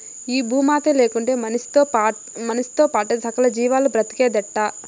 ఈ భూమాతే లేకుంటే మనిసితో పాటే సకల జీవాలు బ్రతికేదెట్టా